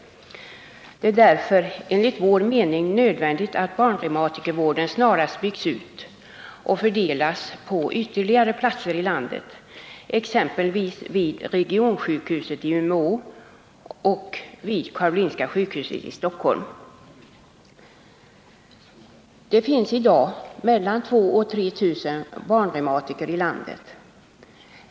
Det är därför enligt vår mening 7 november 1979 nödvändigt att barnreumatikervården snarast byggs ut och fördelas på ytterligare platser i landet, exempelvis vid regionsjukhuset i Umeå och vid Karolinska sjukhuset i Stockholm. Det finns i dag mellan 2000 och 3 000 barnreumatiker i landet.